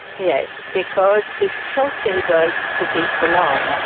yes, because it's so terrible to be alone, and